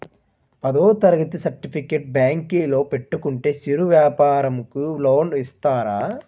పదవ తరగతి సర్టిఫికేట్ బ్యాంకులో పెట్టుకుంటే చిరు వ్యాపారంకి లోన్ ఇస్తారా?